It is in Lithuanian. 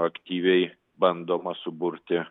aktyviai bandoma suburti